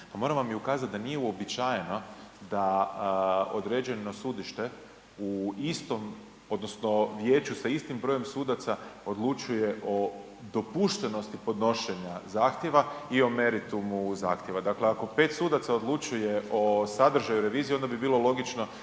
moram vam i ukazati da nije uobičajeno da određeno sudište u istom odnosno vijeću sa istim brojem sudaca odlučuje o dopuštenosti podnošenja zahtjeva i o meritumu zahtjeva dakle ako 5 sudaca odlučuje o sadržaju revizije onda bi bilo logično